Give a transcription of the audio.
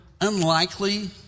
unlikely